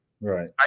Right